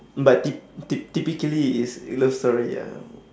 but typ~ typ~ typically is a love story ya